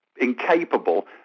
incapable